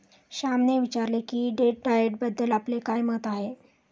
श्यामने विचारले की डेट डाएटबद्दल आपले काय मत आहे?